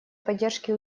поддержке